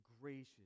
gracious